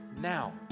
now